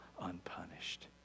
unpunished